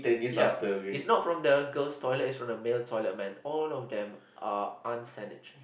ya is not from the girl's toilet is from the male toilet man all of them are